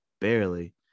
Barely